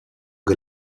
che